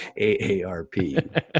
AARP